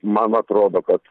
man atrodo kad